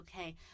okay